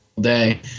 day